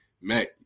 Mac